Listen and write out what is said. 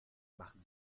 machen